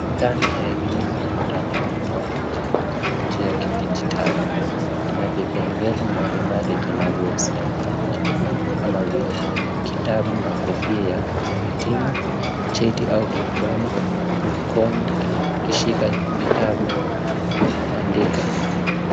Dhana ya elimu ya mtandaoni au kujifunza kwa njia ya kidijitali. Kuna vipengele mbali mbali vinavyohusiana na kujifunza kama vile kitabu na kofia ya kuhitimu, cheti au diploma ,mikono ikishika vitabu na kuandika.